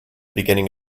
beginning